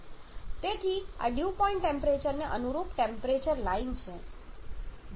તેથી આ dew point ટેમ્પરેચરને અનુરૂપ ટેમ્પરેચર લાઈન છે